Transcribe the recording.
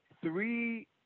three